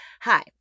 Hi